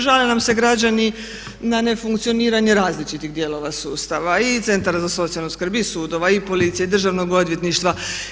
Žale nam se građani na nefunkcioniranje različitih dijelova sustava i Centra za socijalnu skrb i sudova i policije i Državnog odvjetništva.